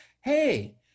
hey